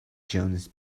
johannes